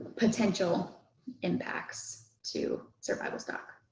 potential impacts to survival stock,